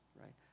right